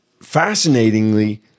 fascinatingly